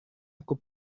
aku